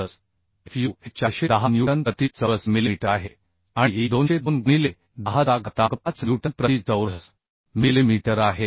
चौरस fu हे 410 newton प्रति चौरस मिलिमीटर आहे आणि e 200 2 गुणिले 10 चा घातांक 5 न्यूटन प्रति चौरस मिलिमीटर आहे